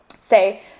say